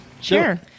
sure